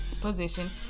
position